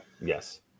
Yes